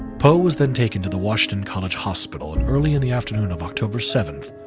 poe was then taken to the washington college hospital and early in the afternoon of october seventh,